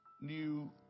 new